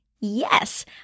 yes